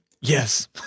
yes